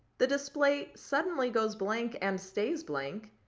the display suddenly goes blank and stays blank,